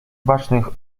bacznych